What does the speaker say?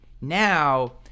Now